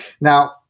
Now